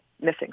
missing